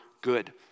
good